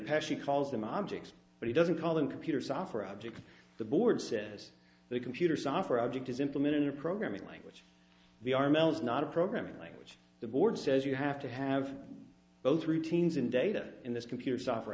passion calls them objects but he doesn't call them computer software objects the board says the computer software object is implemented in a programming language we are males not a programming language the board says you have to have both routines and data in this computer software